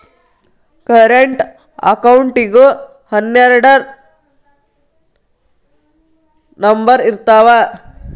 current ಅಕೌಂಟಿಗೂ ಹನ್ನೆರಡ್ number ಇರ್ತಾವ